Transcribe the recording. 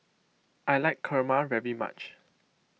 I like Kurma very much